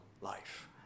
life